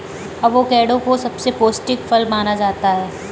avocado को सबसे पौष्टिक फल माना जाता है